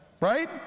Right